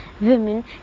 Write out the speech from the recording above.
Women